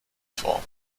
vor